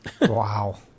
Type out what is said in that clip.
Wow